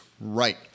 right